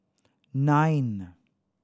nine